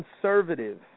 conservative